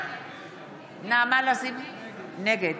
נגד